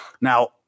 Now